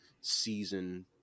season